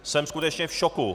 Jsem skutečně v šoku!